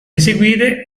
eseguire